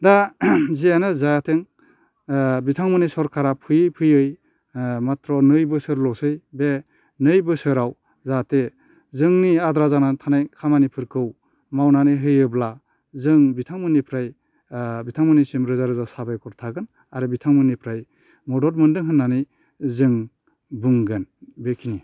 दा जियानो जाथों बिथांमोननि सोरखारा फैयै फैयै माट्र' नै बोसोरल'सै बे नै बोसोराव जाहाथे जोंनि आद्रा जानानै थानाय खामानिफोरखौ मावनानै होयोब्ला जों बिथांमोननिफ्राय बिथांमोननिसिम रोजा रोजा साबायखर थागोन आरो बिथांमोननिफ्राय मदद मोनदों होननानै जों बुंगोन बेखिनियानो